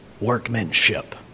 workmanship